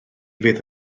fydd